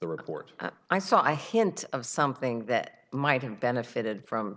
the report i saw a hint of something that might in benefited from